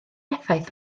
effaith